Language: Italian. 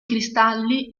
cristalli